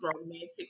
romantic